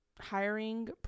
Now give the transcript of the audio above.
hiring